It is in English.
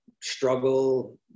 struggle